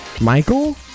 Michael